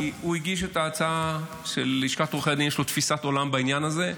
כי הוא הגיש את ההצעה של לשכת עורכי דין ויש לו תפיסת עולם בעניין הזה.